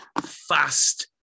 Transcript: fast